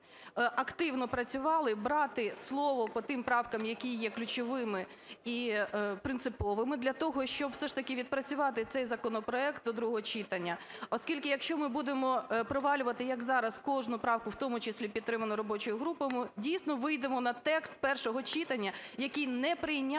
активно працювали, брати слово по тим правкам, які є ключовими і принциповими, для того, щоб все ж таки відпрацювати цей законопроект до другого читання? Оскільки якщо ми будемо провалювати, як зараз, кожну правку, в тому числі підтриману робочою групою, ми дійсно вийдемо на текст першого читання, який не прийнятний,